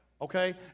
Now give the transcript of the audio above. okay